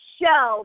show